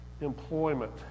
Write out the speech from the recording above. employment